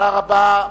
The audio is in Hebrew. תודה רבה.